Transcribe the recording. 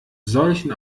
solchen